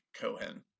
Cohen